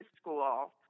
school